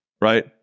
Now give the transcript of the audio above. right